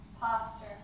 posture